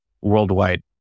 worldwide